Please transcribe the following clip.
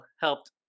helped